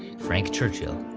frank churchill.